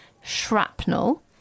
shrapnel